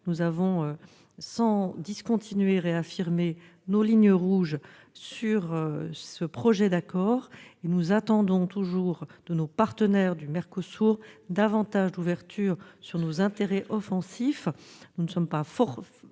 Nous avons sans discontinuer réaffirmé nos lignes rouges, et nous attendons toujours de nos partenaires du MERCOSUR davantage d'ouvertures sur nos intérêts offensifs. Nous ne sommes pas fermés